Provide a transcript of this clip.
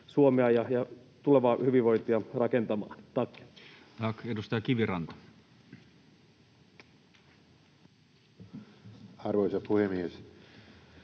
Suomea ja tulevaa hyvinvointia rakentamaan. — Tack. Tack. — Edustaja Kiviranta. Arvoisa puhemies!